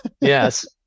Yes